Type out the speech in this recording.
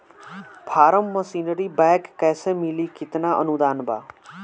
Form machinery bank कैसे मिली कितना अनुदान बा?